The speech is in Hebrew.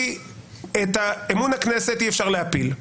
כי את אמון הכנסת אי אפשר להפיל,